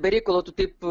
be reikalo tu taip